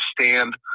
stand